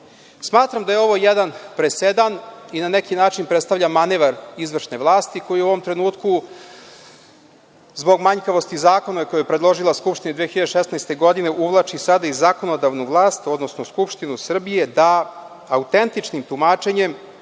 poslu. Smatram da je ovo jedna presedan i da na neki način predstavlja manevar izvršne vlasti koji u ovom trenutku zbog manjkavosti zakona koji je predložila Skupština 2016. godine uvlači sada i zakonodavnu vlast, odnosno Skupštinu Srbije da autentičnim tumačenjem